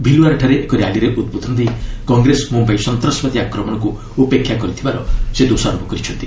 ଭିଲ୍ୱାରାଠାରେ ଏକ ର୍ୟାଲିରେ ଉଦ୍ବୋଧନ ଦେଇ କଂଗ୍ରେସ ମୁମ୍ବାଇ ସନ୍ତାସବାଦୀ ଆକ୍ରମଣକୁ ଉପେକ୍ଷା କରିଥିବାର ସେ ଦୋଷାରୋପ କରିଛନ୍ତି